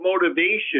motivation